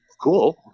cool